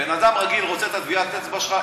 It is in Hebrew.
בן-אדם רגיל רוצה את טביעת האצבע שלך,